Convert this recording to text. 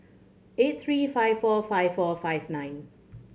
eight three five four five four five nine